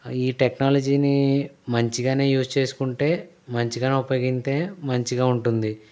ఈ టెక్నాలజీ ని మంచిగానే యూజ్ చేసుకుంటే మంచిగానే ఉపయోగిస్తే మంచిగా ఉంటుంది